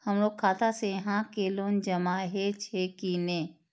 हमरो खाता से यहां के लोन जमा हे छे की ने?